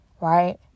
right